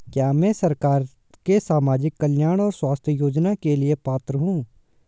क्या मैं सरकार के सामाजिक कल्याण और स्वास्थ्य योजना के लिए पात्र हूं?